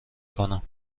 کنم